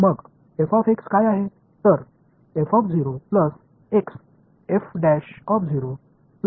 मग काय आहे